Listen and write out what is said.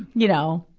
you know,